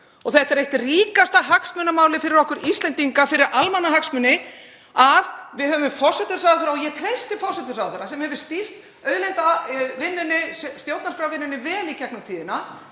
núna. Það er eitt ríkasta hagsmunamál fyrir okkur Íslendinga, fyrir almannahagsmuni, að við höfum forsætisráðherra — og ég treysti forsætisráðherra sem hefur stýrt auðlindavinnunni, stjórnarskrárvinnunni, vel í gegnum tíðina